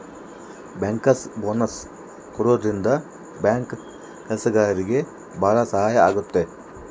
bankers bonus ಕೊಡೋದ್ರಿಂದ bank ಕೆಲ್ಸಗಾರ್ರಿಗೆ ಭಾಳ ಸಹಾಯ ಆಗುತ್ತೆ